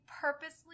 purposely